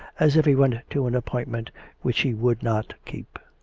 as if he went to an appointment which he would not keep.